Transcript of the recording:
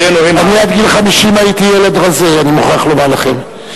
אני עד גיל 50 הייתי ילד רזה, אני מוכרח לומר לכם.